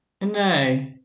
No